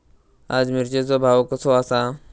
आज मिरचेचो भाव कसो आसा?